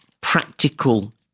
practical